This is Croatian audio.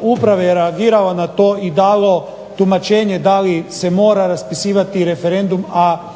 uprave reagiralo na to i dalo tumačenje da li se mora raspisivati referendum, a po